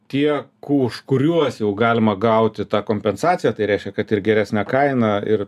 tie už kuriuos jau galima gauti tą kompensaciją tai reiškia kad ir geresnę kainą ir